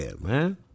man